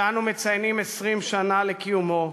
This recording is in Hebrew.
שאנו מציינים 20 שנה לקיומו,